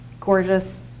gorgeous